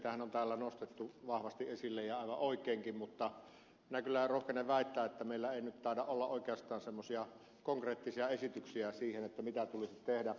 sitähän on täällä nostettu vahvasti esille ja aivan oikeinkin mutta minä kyllä rohkenen väittää että meillä ei nyt taida olla oikeastaan semmoisia konkreettisia esityksiä siihen mitä tulisi tehdä